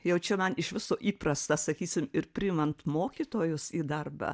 jaučiu man iš viso įprasta sakysim ir priimant mokytojus į darbą